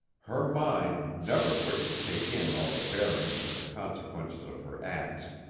her mind, never quick to take in all the bearings and the consequences of her acts,